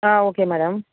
ah okay madam